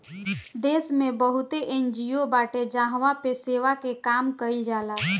देस में बहुते एन.जी.ओ बाटे जहवा पे सेवा के काम कईल जाला